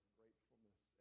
gratefulness